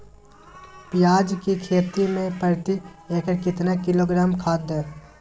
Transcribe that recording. प्याज की खेती में प्रति एकड़ कितना किलोग्राम खाद दे?